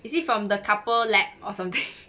is it from the couple lab or something